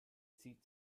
zieht